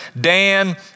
Dan